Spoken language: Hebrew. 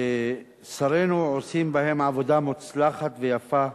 ששרינו עושים בהם עבודה מוצלחת ויפה,